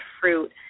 fruit